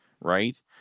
right